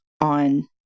on